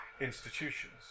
institutions